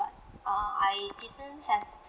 but uh I didn't have